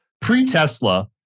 Pre-Tesla